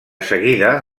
seguida